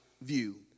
view